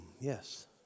yes